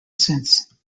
since